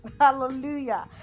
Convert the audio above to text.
hallelujah